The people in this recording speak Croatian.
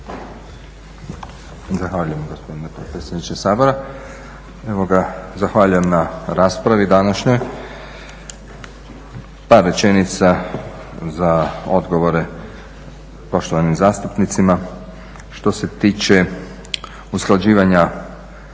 Zahvaljujem gospodine potpredsjedniče Sabora. Evo ga zahvaljujem na raspravi današnjoj, par rečenica za odgovore poštovanim zastupnicima. Što se tiče usklađivanja